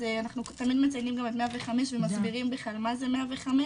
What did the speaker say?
אז אנחנו תמיד מציינים גם את 105 ומסבירים מה זה 105,